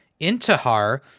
Intihar